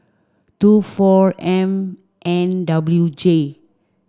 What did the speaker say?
two four M N W J